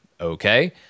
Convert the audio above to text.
okay